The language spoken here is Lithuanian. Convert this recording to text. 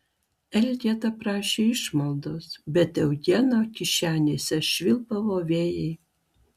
elgeta prašė išmaldos bet eugeno kišenėse švilpavo vėjai